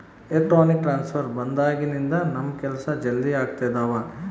electronic transfer ಬಂದಾಗಿನಿಂದ ನಮ್ ಕೆಲ್ಸ ಜಲ್ದಿ ಆಗ್ತಿದವ